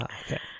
okay